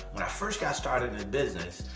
when i first got started in the business,